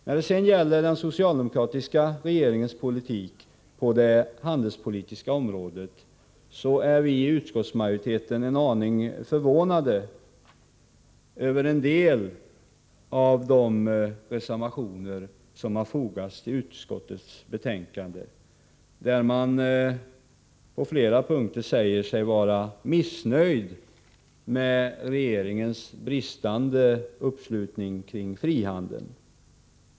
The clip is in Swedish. När det sedan gäller den socialdemokratiska regeringens politik på det handelspolitiska området är vi i utskottsmajoriteten en aning förvånade över en del av de reservationer som har fogats till utskottets betänkande. Reservanterna säger sig på flera punkter vara missnöjda med regeringens bristande uppslutning kring frihandeln.